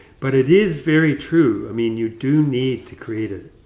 but it is very true, i mean, you do need to create a